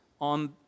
on